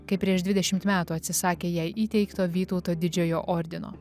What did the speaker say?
kai prieš dvidešimt metų atsisakė jai įteikto vytauto didžiojo ordino